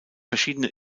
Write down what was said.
verschiedene